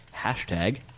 hashtag